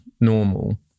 normal